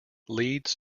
leads